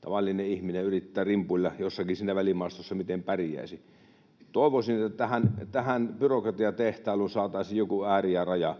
tavallinen ihminen yrittävät rimpuilla jossakin siinä välimaastossa, miten pärjäisi. Toivoisin, että tähän byrokratiatehtailuun saataisiin joku ääri ja raja.